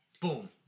Boom